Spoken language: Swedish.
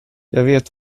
vet